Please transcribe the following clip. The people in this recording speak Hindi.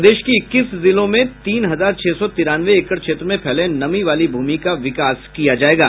प्रदेश के इक्कीस जिलों में तीन हजार छह सौ तिरानवे एकड़ क्षेत्र में फैले नमी वाली भूमि का विकास किया जायेगा